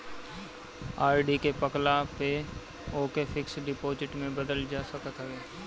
RD के पकला पअ ओके फिक्स डिपाजिट में बदल जा सकत हवे